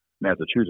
Massachusetts